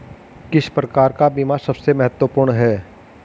किस प्रकार का बीमा सबसे महत्वपूर्ण है?